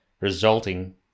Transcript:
resulting